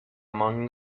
among